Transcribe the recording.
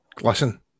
Listen